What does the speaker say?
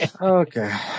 Okay